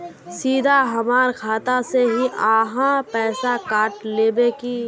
सीधा हमर खाता से ही आहाँ पैसा काट लेबे की?